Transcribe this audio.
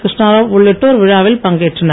கிருஷ்ணாராவ் உள்ளிட்டோர் விழாவில் பங்கேற்றனர்